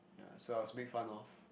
uh so I was made fun of